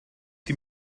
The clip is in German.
die